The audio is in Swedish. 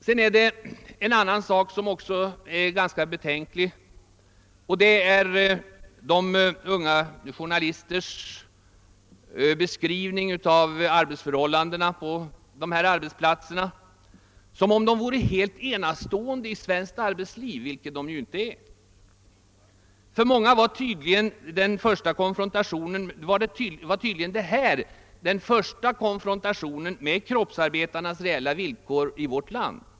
Det finns även en annan sak som medför betänkligheter, nämligen de unga journalisternas beskrivning av arbetsförhållandena vid berörda arbetsplatser. Dessa skildras som om de vore helt enastående i svenskt arbetsliv, vilket de inte är. För många av dessa journalister var tydligen detta den första konfrontationen med kroppsarbetarnas reella villkor i detta land.